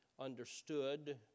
understood